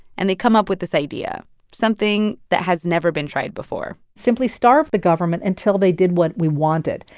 and they come up with this idea something that has never been tried before simply starve the government until they did what we wanted,